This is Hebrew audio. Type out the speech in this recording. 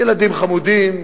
ילדים חמודים,